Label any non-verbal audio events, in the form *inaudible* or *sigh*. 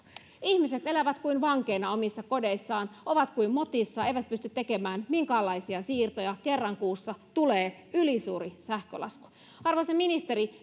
ihmiset elävät kuin vankeina omissa kodeissaan ovat kuin motissa eivät pysty tekemään minkäänlaisia siirtoja kerran kuussa tulee ylisuuri sähkölasku arvoisa ministeri *unintelligible*